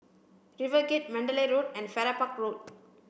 RiverGate Mandalay Road and Farrer Park Road